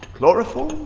chloroform.